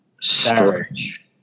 stretch